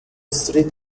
street